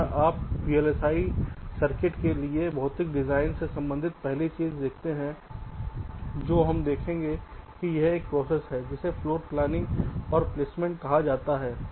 जैसे आप VLSI circuit के लिए भौतिक डिजाइन से संबंधित पहली चीज देखते हैं जो हम देखेंगे कि यह एक प्रोसेस है जिसे फ्लोर प्लानिंग और प्लेसमेंट कहा जाता है